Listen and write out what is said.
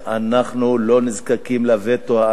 אנחנו לא זקוקים לווטו,